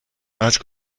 ask